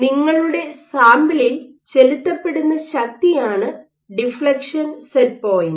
നിങ്ങളുടെ സാമ്പിളിൽ ചെലുത്തപ്പെടുന്ന ശക്തിയാണ് ഡിഫ്ലക്ഷൻ സെറ്റ് പോയിന്റ്